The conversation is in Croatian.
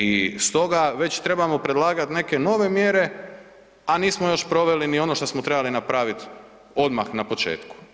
I stoga već trebamo predlagat neke nove mjere, a nismo još proveli ni ono što smo trebali napravit odmah na početku.